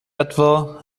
etwa